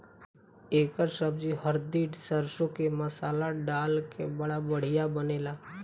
एकर सब्जी हरदी सरसों के मसाला डाल के बड़ा बढ़िया बनेला